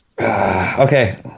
Okay